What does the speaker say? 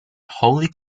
holy